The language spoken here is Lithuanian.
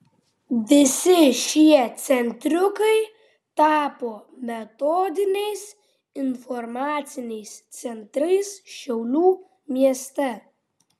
visi šie centriukai tapo metodiniais informaciniais centrais šiaulių mieste